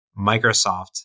Microsoft